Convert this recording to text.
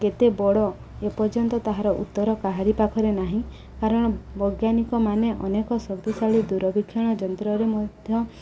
କେତେ ବଡ଼ ଏପର୍ଯ୍ୟନ୍ତ ତାହାର ଉତ୍ତର କାହାରି ପାଖରେ ନାହିଁ କାରଣ ବୈଜ୍ଞାନିକମାନେ ଅନେକ ଶକ୍ତିଶାଳୀ ଦୂରବୀକ୍ଷଣ ଯନ୍ତ୍ରରେ ମଧ୍ୟ